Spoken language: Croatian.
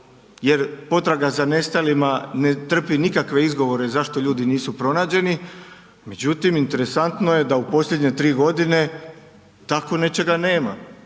jer potraga za nestalima ne trpi nikakve izgovore zašto ljudi nisu pronađeni, međutim, interesantno je da u posljednje 3 godine tako nečega nema.